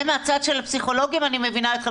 זה מהצד של הפסיכולוגים, אני מבינה אתכם.